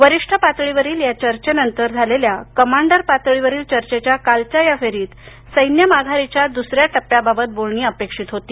वरीष्ठ पातळीवरील या चर्चेनंतर झालेल्या कमांडर पातळीवरील चर्चेच्या आजच्या या फेरीत सैन्य माघारीच्या द्रसऱ्या टप्प्याबाबत बोलणी अपेक्षित होती